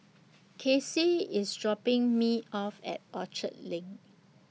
Casey IS dropping Me off At Orchard LINK